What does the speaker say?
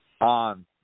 On